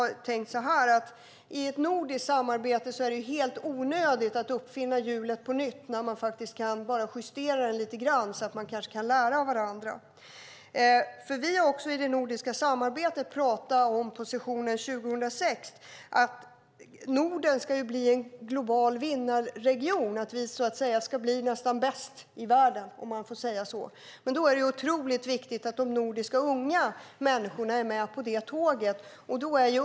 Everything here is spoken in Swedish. I ett nordiskt samarbete är det onödigt att uppfinna hjulet på nytt när det räcker att justera det lite grann och på så sätt lära av varandra. Vi har i det nordiska samarbetet pratat om att Norden ska bli en global vinnarregion. Vi ska bli nästan bäst i världen. Det är då otroligt viktigt att de unga nordiska människorna är med på tåget.